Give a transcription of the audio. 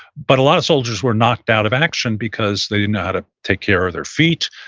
but a lot of soldiers were knocked out of action because they didn't know how to take care of their feet.